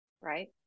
right